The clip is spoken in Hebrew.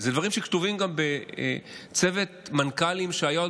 אלה דברים שכתבו גם בצוות מנכ"לים שהיה עוד